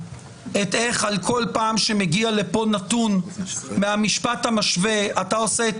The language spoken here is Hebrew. את איך על כל פעם שמגיע לכאן נתון מהמשפט המשווה אתה עושה את